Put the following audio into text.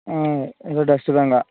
ஆ dust தான்க்கா